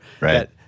Right